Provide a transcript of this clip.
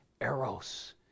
eros